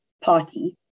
party